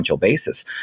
basis